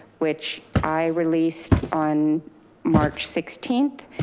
which i released on march sixteenth.